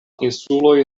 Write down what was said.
insuloj